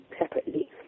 separately